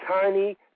tiny